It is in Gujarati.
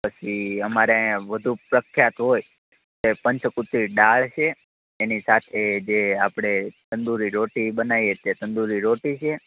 પછી અમારે અહીંયા વધુ પ્રખ્યાત હોય એ પંચ કુટીર દાળ છે એની સાથે જે આપણે તંદૂરી રોટી બનાવીએ છીએ તંદૂરી રોટી છે